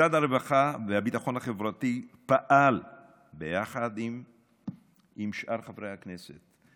משרד הרווחה והביטחון החברתי פעל ביחד עם שאר חברי הכנסת,